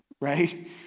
Right